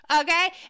Okay